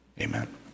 Amen